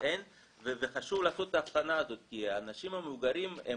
אין וחשוב לעשות את ההבחנה הזאת כי האנשים המבוגרים הם